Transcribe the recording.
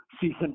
season